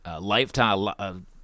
lifetime